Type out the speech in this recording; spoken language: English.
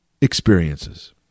experiences